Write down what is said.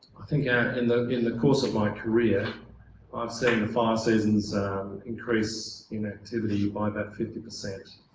think yeah in the in the course of my career i've seen the fire seasons increase in activity by about fifty percent